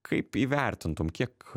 kaip įvertintum kiek